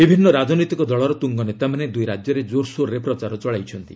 ବିଭିନ୍ନ ରାଜନୈତିକ ଦଳର ତୁଙ୍ଗ ନେତାମାନେ ଦୁଇ ରାଜ୍ୟରେ କୋରସୋରରେ ପ୍ରଚାର ଚଳାଇଛନ୍ତି